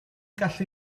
gallu